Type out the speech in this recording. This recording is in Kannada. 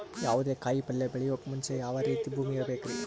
ಯಾವುದೇ ಕಾಯಿ ಪಲ್ಯ ಬೆಳೆಯೋಕ್ ಮುಂಚೆ ಯಾವ ರೀತಿ ಭೂಮಿ ಇರಬೇಕ್ರಿ?